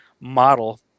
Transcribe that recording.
Model